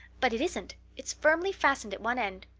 but it isn't it's firmly fastened at one end.